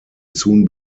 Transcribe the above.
soon